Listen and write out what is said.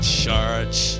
church